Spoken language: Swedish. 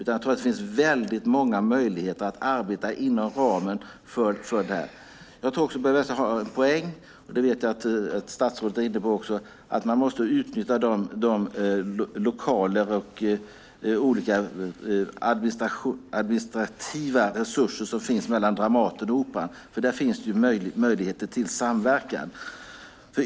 Jag tror att det finns väldigt många möjligheter att arbeta inom ramen för det här. Jag tror också att Börje Vestlund har en poäng i - och det vet jag att statsrådet också är inne på - att man måste utnyttja de lokaler och olika administrativa resurser som finns mellan Dramaten och Operan, för där finns det möjligheter till samverkan.